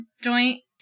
joint